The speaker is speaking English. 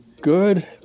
good